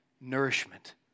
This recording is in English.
nourishment